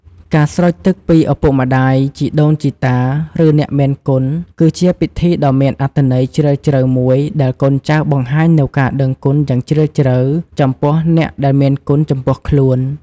ការស្រោចទឹកពីឪពុកម្ដាយ ជីដូនជីតា ឬអ្នកមានគុណគឺជាពិធីដ៏មានអត្ថន័យជ្រាលជ្រៅមួយដែលកូនចៅបង្ហាញនូវការដឹងគុណយ៉ាងជ្រាលជ្រៅចំពោះអ្នកដែលមានគុណចំពោះខ្លួន។